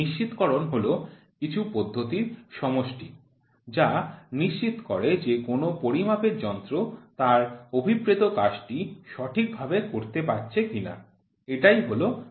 নিশ্চিতকরণ হল কিছু পদ্ধতির সমষ্টি যা নিশ্চিত করে যে কোন পরিমাপের যন্ত্র তার অভিপ্রেত কাজটি সঠিকভাবে করতে পারছে কিনা এটাই হল নিশ্চিতকরণ